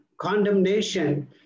condemnation